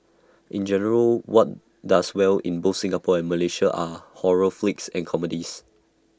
in general what does well in both Singapore and Malaysia are horror flicks and comedies